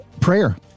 prayer